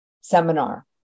seminar